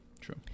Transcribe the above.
true